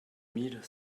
mille